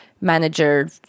manager